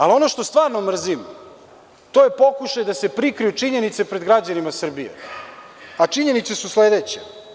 Ali ono što stvarno mrzim, to je pokušaj da se prikriju činjenice pred građanima Srbije, a činjenice su sledeće.